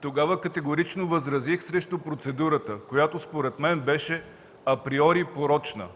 Тогава категорично възразих срещу процедурата, която според мен беше априори порочна.